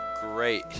great